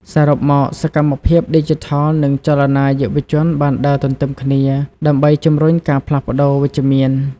សរុបមក សកម្មភាពឌីជីថលនិងចលនាយុវជនបានដើរទន្ទឹមគ្នាដើម្បីជំរុញការផ្លាស់ប្ដូរវិជ្ជមាន។